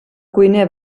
cuiner